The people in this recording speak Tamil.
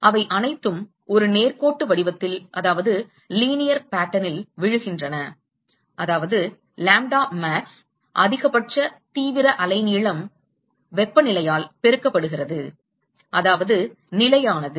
அவை அனைத்தும் ஒரு நேர்கோட்டு வடிவத்தில் விழுகின்றன அதாவது லாம்ப்டா மேக்ஸ் lambda max அதிகபட்ச தீவிர அலைநீளம் வெப்பநிலையால் பெருக்கப்படுகிறது அதாவது நிலையானது